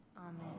Amen